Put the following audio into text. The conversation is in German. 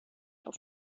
auf